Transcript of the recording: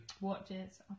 Watches